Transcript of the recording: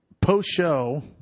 post-show